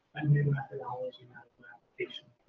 a new methodology, an application.